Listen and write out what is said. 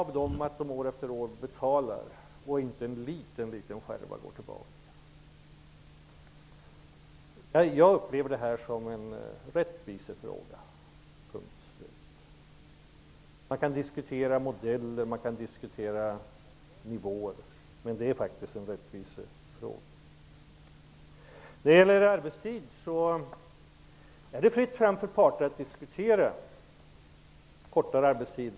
Är det rätt att år efter år kräva att dessa människor betalar utan att en enda liten skärva fås tillbaka? Jag uppfattar detta som en rättvisefråga. Punkt, slut! Man kan visserligen diskutera modeller, och man kan diskutera nivåer. Men det är faktiskt en rättvisefråga. Vad gäller arbetstiden är det fritt fram för olika parter att diskutera kortare arbetstid.